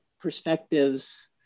perspectives